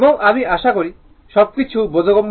আমি আশা করি সবকিছু বোধগম্য হবে